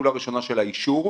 פעולה ראשונה של האישור,